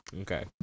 Okay